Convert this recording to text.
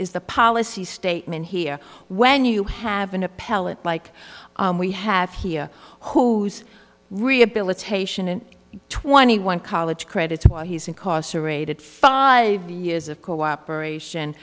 is the policy statement here when you have an appellate like we have here whose rehabilitation and twenty one college credits while he's incarcerated five years of cooperation